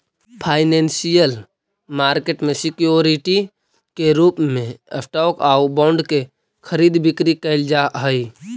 financial market में security के रूप में स्टॉक आउ बॉन्ड के खरीद बिक्री कैल जा हइ